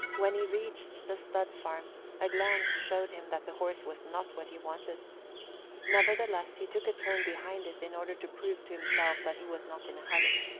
when he reached the stud-farm a glance showed him that the horse was not what he wanted nevertheless he took a turn behind it in order to prove to himself that he was not in a hurry.